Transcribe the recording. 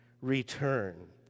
return